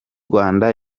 rwanda